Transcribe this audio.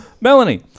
Melanie